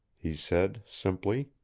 he said, simply.